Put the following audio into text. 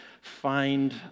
find